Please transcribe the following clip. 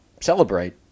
celebrate